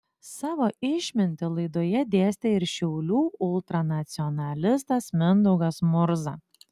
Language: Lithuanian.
savo išmintį laidoje dėstė ir šiaulių ultranacionalistas mindaugas murza